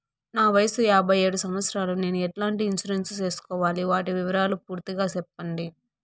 నా వయస్సు యాభై ఏడు సంవత్సరాలు నేను ఎట్లాంటి ఇన్సూరెన్సు సేసుకోవాలి? వాటి వివరాలు పూర్తి గా సెప్పండి?